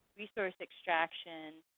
resource extraction,